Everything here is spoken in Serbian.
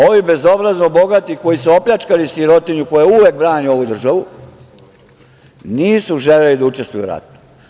Ovi bezobrazno bogati koji su opljačkali sirotinju koja uvek brani ovu državu, nisu želeli da učestvuju u ratu.